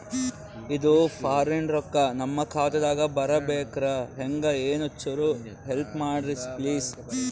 ಇದು ಫಾರಿನ ರೊಕ್ಕ ನಮ್ಮ ಖಾತಾ ದಾಗ ಬರಬೆಕ್ರ, ಹೆಂಗ ಏನು ಚುರು ಹೆಲ್ಪ ಮಾಡ್ರಿ ಪ್ಲಿಸ?